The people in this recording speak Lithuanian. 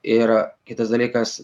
ir kitas dalykas